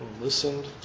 listened